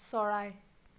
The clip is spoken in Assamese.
চৰাই